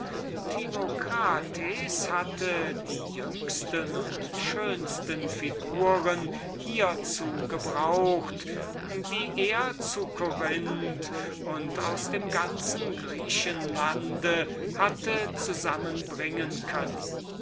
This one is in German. timocrat hatte die jüngsten und schönsten figuren hierzu gebraucht welche er zu corinth und aus dem ganzen griechenlande hatte zusammenbringen können